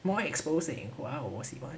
more exposing !wow! 我喜欢